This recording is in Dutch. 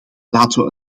laten